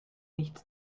nichts